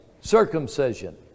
circumcision